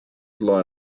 loe